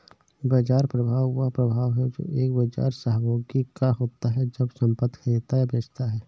बाजार प्रभाव वह प्रभाव है जो एक बाजार सहभागी का होता है जब वह संपत्ति खरीदता या बेचता है